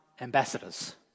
ambassadors